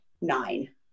nine